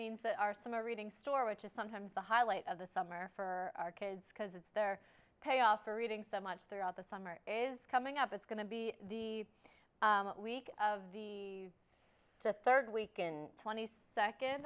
means that our summer reading store which is sometimes the highlight of the summer for our kids because they're payoff for reading so much throughout the summer is coming up it's going to be the week of the to third week in twenty second